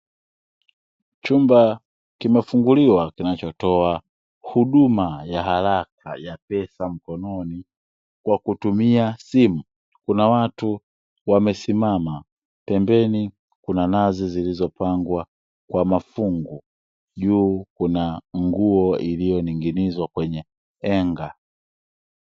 Chumba kimefunguliwa kinachotoa huduma ya haraka ya pesa mkononi kwa kutumia simu. Kuna watu wamesimama pembeni kuna nazi zilizopangwa kwa mafungu, juu kuna nguo iliyoning'inizwa kwenye henga.